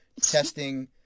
testing